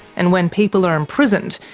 and when people are imprisoned,